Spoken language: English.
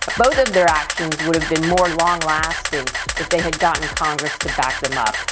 both of their actions would have been more long lasting if they had gotten congress to back them up.